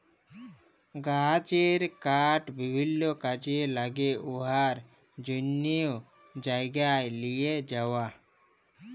গাহাচের কাঠ বিভিল্ল্য কাজে ল্যাগে উয়ার জ্যনহে জায়গায় লিঁয়ে যাউয়া